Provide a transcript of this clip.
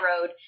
road